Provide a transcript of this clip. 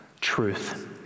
truth